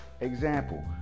example